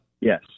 Yes